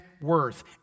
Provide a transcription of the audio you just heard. worth